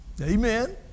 Amen